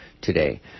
today